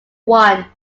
one